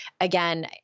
again